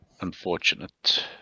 Unfortunate